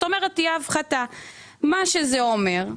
מה זה אומר?